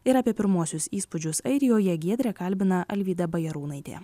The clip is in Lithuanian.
ir apie pirmuosius įspūdžius airijoje giedrę kalbina alvyda bajarūnaitė